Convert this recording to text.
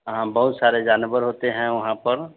हाँ बहुत सारे जानवर होते हैं वहाँ पर